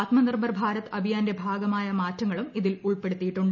ആത്മ നിർഭർ ഭാരത് അഭിയാന്റെ ഭാഗമായ മാറ്റങ്ങളും ഇതിൽ ഉൾപ്പെടുത്തിയിട്ടുണ്ട്